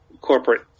corporate